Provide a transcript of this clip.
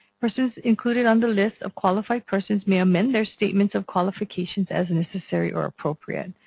persons included on the list of qualified persons may amend their statements of qualifications as necessary or appropriate.